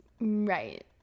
right